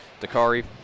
Dakari